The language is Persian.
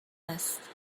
است